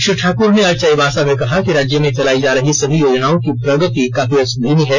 श्री ठाक्र ने आज चाईबासा में कहा कि राज्य में चलायी जा रही सभी योजनाओं की प्रगति काफी धीमी है